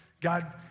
God